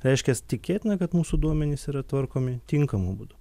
reiškias tikėtina kad mūsų duomenys yra tvarkomi tinkamu būdu